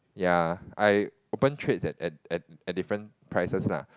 ya I open trades at at at at different prices lah